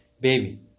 baby